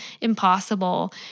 impossible